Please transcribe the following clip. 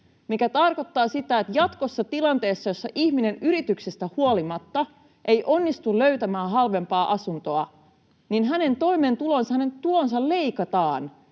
mikä tarkoittaa sitä, että jatkossa tilanteessa, jossa ihminen yrityksistä huolimatta ei onnistu löytämään halvempaa asuntoa, hänen tulonsa leikataan